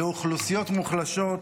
המערכת תאפשר לאוכלוסיות מוחלשות,